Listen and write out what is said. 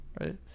right